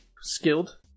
skilled